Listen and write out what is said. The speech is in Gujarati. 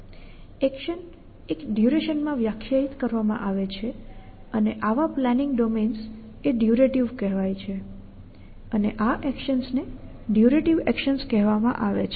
એક્શન એક ડ્યૂરેશનમાં વ્યાખ્યાયિત કરવામાં આવે છે અને આવા પ્લાનિંગ ડોમેન્સ એ ડયુરેટિવ કહેવાય છે અને આ એકશન્સને ડ્યુરેટિવ એક્શન્સ કહેવામાં આવે છે